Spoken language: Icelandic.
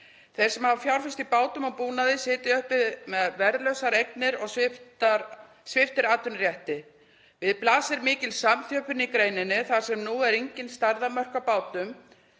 Þeir sem hafa fjárfest í bátum og búnaði sitja uppi með verðlausar eignir og sviptir atvinnurétti. Við blasir mikil samþjöppun í greininni þar sem nú eru engin stærðarmörk á bátum